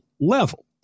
level